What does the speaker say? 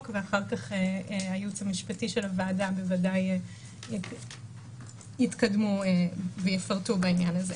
ואחר כך הייעוץ המשפטי של הוועדה בוודאי יתקדמו ויפרטו בעניין הזה.